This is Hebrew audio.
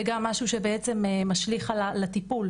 זה גם משהו שמשליך על הטיפול,